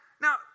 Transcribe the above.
Now